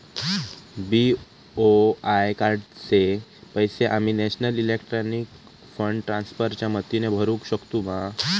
BOI कार्डाचे पैसे आम्ही नेशनल इलेक्ट्रॉनिक फंड ट्रान्स्फर च्या मदतीने भरुक शकतू मा?